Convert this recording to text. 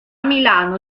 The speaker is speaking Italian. milano